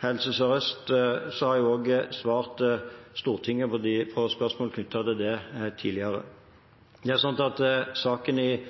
Helse Sør-Øst, har jeg svart Stortinget på spørsmål knyttet til det tidligere. Saken i NRK i dag omhandler den transformasjonsfasen som en nå er inne i,